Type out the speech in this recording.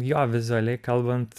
jo vizualiai kalbant